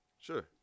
Sure